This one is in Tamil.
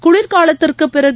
குளிர்காலத்திற்கு பிறகு